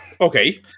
Okay